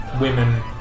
women